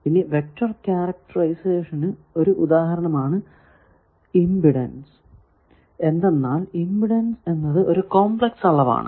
ഇനി വെക്റ്റർ ക്യാരക്ടറായിസേഷന് ഒരു ഉദാഹരണമാണ് ഇമ്പിഡൻസ് എന്തെന്നാൽ ഇമ്പിഡൻസ് എന്നത് ഒരു കോംപ്ലക്സ് അളവാണ്